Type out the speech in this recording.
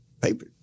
paper